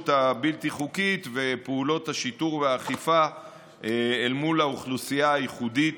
הבלתי-חוקית ופעולות השיטור והאכיפה אל מול האוכלוסייה הייחודית